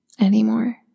anymore